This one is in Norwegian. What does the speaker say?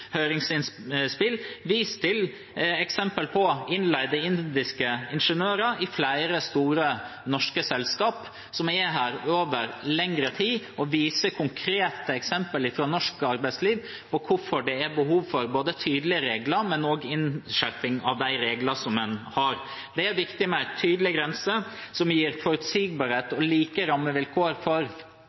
høringsinnspill vist til eksempel på innleide indiske ingeniører i flere store norske selskaper som er her over lengre tid, og viser til konkrete eksempler fra norsk arbeidsliv på hvorfor det er behov for tydelige regler, men også for innskjerping av de regler en har. Det er viktig med en tydelig grense som gir forutsigbarhet og like rammevilkår for